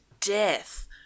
death